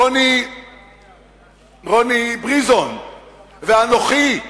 רוני בריזון ואנוכי,